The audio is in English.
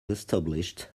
established